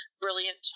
brilliant